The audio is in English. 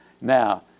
Now